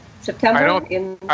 September